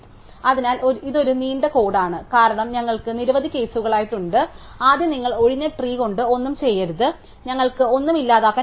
അതിനാൽ ഇത് ഒരു നീണ്ട കോഡാണ് കാരണം ഞങ്ങൾക്ക് നിരവധി കേസുകളായിട്ടുണ്ട് അതിനാൽ ആദ്യം നിങ്ങൾ ഒഴിഞ്ഞ ട്രീ കൊണ്ട് ഒന്നും ചെയ്യരുത് ഞങ്ങൾക്ക് ഒന്നും ഇല്ലാതാക്കാൻ കഴിയില്ല